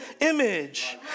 image